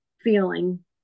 feeling